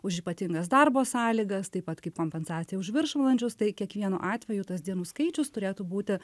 už ypatingas darbo sąlygas taip pat kaip kompensacija už viršvalandžius tai kiekvienu atveju tas dienų skaičius turėtų būti